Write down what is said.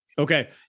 Okay